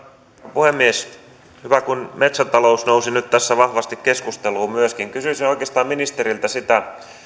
puhemies hyvä kun metsätalous nousi nyt tässä myöskin vahvasti keskusteluun kysyisin oikeastaan ministeriltä sitä